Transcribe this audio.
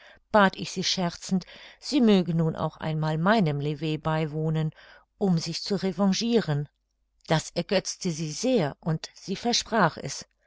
bat ich sie scherzend sie möge nun auch einmal meinem lever beiwohnen um sich zu revanchiren das ergötzte sie sehr und sie versprach es